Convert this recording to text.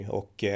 och